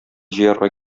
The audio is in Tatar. җыярга